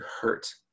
hurt